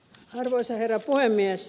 arvoisa herra puhemies